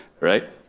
right